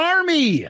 Army